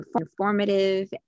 informative